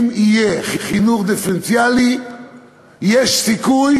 אם יהיה חינוך דיפרנציאלי יש סיכוי